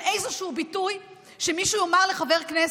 איזשהו ביטוי שמישהו יאמר לחבר כנסת.